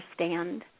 understand